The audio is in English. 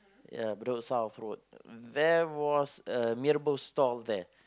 ya Bedok South road there was a mee-rebus store there